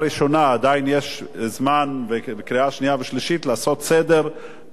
עדיין יש זמן בקריאה שנייה ושלישית לעשות סדר בדברים.